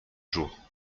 jours